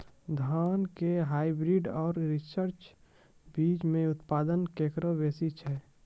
धान के हाईब्रीड और रिसर्च बीज मे उत्पादन केकरो बेसी छै?